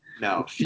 No